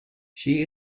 she